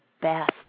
best